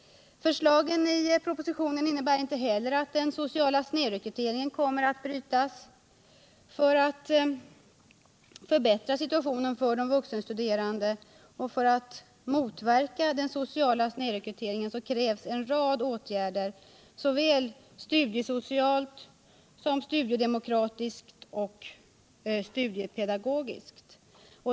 Förslagen i propositionen innebär inte heller att den sociala snedrekryteringen kommer att brytas. För att förbättra situationen för de vuxenstuderande och motverka den social snedrekryteringen krävs en rad åtgärder såväl studiesocialt som studiedomokratiskt och studiepedagogiskt.